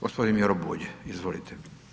Gospodin Miro Bulj, izvolite.